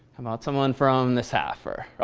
um but someone from this half or oh,